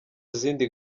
zindi